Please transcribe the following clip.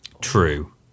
True